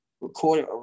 recorded